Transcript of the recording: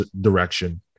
direction